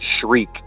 shriek